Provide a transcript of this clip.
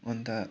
अन्त